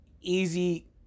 Easy